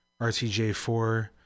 RTJ4